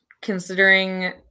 considering